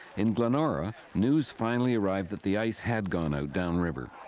in glenora, news finally arrived that the ice had gone out downriver.